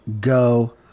go